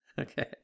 Okay